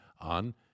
on